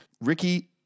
Ricky